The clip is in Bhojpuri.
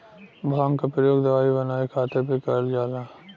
भांग क परयोग दवाई बनाये खातिर भीं करल जाला